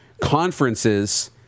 conferences